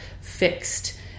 fixed